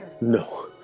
No